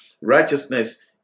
Righteousness